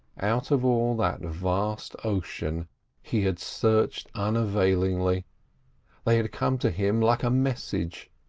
out of all that vast ocean he had searched unavailingly they had come to him like a message,